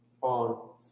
on